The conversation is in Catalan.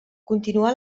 continuà